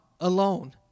alone